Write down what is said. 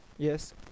Yes